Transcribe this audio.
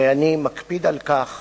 ואני מקפיד על כך